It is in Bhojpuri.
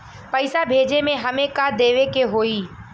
पैसा भेजे में हमे का का देवे के होई?